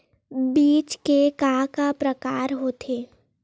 बीज के का का प्रकार होथे?